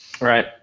Right